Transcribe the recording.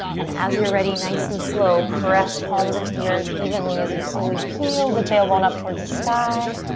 and as you're ready, nice and slow, press palms into the earth evenly as you slowly peel the tailbone up towards the sky.